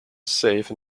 safe